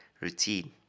routine